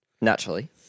Naturally